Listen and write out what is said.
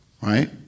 Right